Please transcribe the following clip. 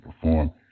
perform